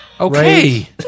Okay